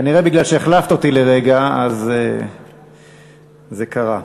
כנראה מפני שהחלפת אותי לרגע, אז זה קרה.